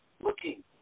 looking